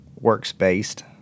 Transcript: works-based